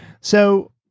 So-